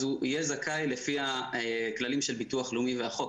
אז הוא זכאי לפי הכללים של ביטוח לאומי והחוק.